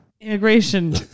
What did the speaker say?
immigration